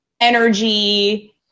energy